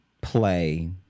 play